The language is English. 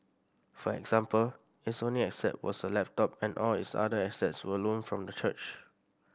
for example its only asset was a laptop and all its other assets were loaned from the church